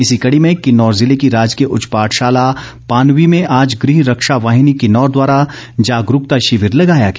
इसी कड़ी में किन्नौर जिले की राजकीय उच्च पाठशाला पानवी में आज गृह रक्षा वाहिनी किन्नौर द्वारा जागरूकता शिविर लगाया गया